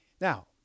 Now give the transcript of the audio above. Now